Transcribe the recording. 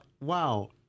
wow